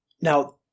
Now